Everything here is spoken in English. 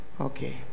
Okay